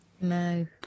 No